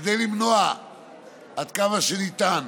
כדי למנוע עד כמה שניתן